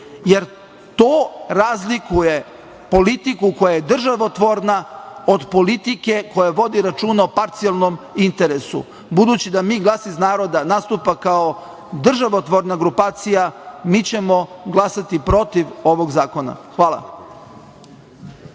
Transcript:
jer to razlikuje politiku koja je državotvorna od politike koja vodi računa o parcijalnom interesu. Budući da Mi - glas iz naroda nastupa kao državotvorna grupacija, mi ćemo glasati protiv ovog zakona. Hvala.